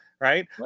right